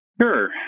Sure